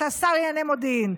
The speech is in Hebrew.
אתה שר לענייני מודיעין,